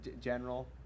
general